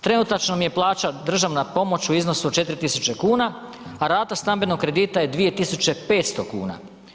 Trenutačno mi je plaća državna pomoć u iznosu od 4.000 kuna, a rata stambenog kredita je 2.500 kuna.